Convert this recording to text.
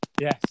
Yes